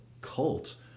cult